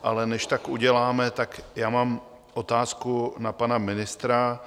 Ale než tak uděláme, mám otázku na pana ministra.